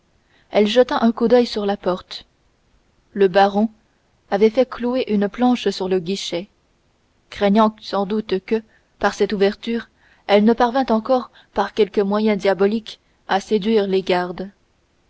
elle jeta un coup d'oeil sur la porte le baron avait fait clouer une planche sur le guichet il craignait sans doute que par cette ouverture elle ne parvint encore par quelque moyen diabolique à séduire les gardes